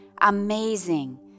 Amazing